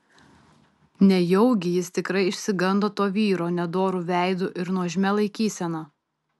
nejaugi jis tikrai išsigando to vyro nedoru veidu ir nuožmia laikysena